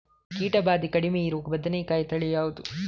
ಕೀಟ ಭಾದೆ ಕಡಿಮೆ ಇರುವ ಬದನೆಕಾಯಿ ತಳಿ ಯಾವುದು?